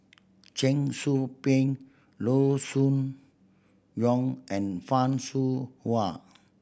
Cheong Soo Pieng Loo Choon Yong and Fan Shao Hua